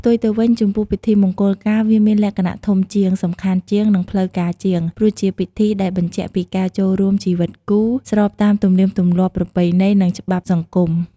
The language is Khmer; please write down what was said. ផ្ទុយទៅវិញ ចំពោះពិធីមង្គលការវាមានលក្ខណៈធំជាង សំខាន់ជាង និងផ្លូវការជាង ព្រោះជាពិធីដែលបញ្ជាក់ពីការចូលរួមជីវិតគូ ស្របតាមទំនៀមប្រពៃណី និងច្បាប់សង្គម។